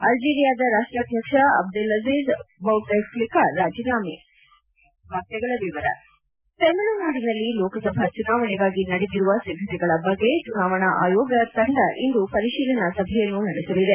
ಅಲ್ಜೀರಿಯಾದ ರಾಷ್ಟಾಧ್ಯಕ್ಷ Abdelaziz Bouteflika ರಾಜೀನಾಮೆ ತಮಿಳುನಾದಿನಲ್ಲಿ ಲೋಕಸಭಾ ಚುನಾವಣೆಗಾಗಿ ನಡೆದಿರುವ ಸಿದ್ದತೆಗಳ ಬಗ್ಗೆ ಚುನಾವಣಾ ಆಯೋಗ ತಂದ ಇಂದು ಪರಿಶೀಲನಾ ಸಭೆಯನ್ನು ನಡೆಸಲಿದೆ